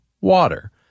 water